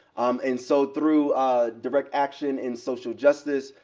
and so through direct action in social justice,